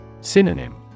Synonym